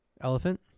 Elephant